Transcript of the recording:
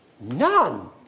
None